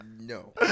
No